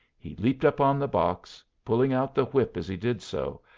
he leaped up on the box, pulling out the whip as he did so,